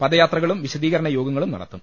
പദയാത്രകളും വിശദീകരണയോഗങ്ങളും നടത്തും